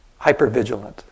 hypervigilant